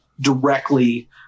directly